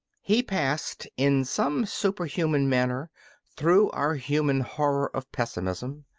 he passed in some superhuman manner through our human horror of pessimism.